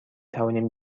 توانیم